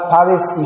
Paris